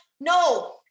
No